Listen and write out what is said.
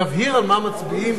תבהיר על מה מצביעים,